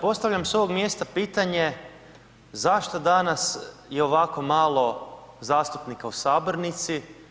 Postavljam s ovog mjesta pitanje, zašto danas je ovako malo zastupnika u sabornici?